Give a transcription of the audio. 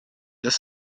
das